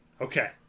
Okay